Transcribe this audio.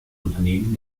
unternehmen